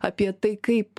apie tai kaip